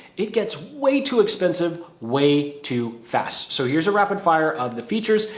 it gets way too expensive, way too fast. so here's a rapid fire of the features.